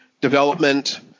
development